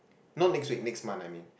no next week next month I mean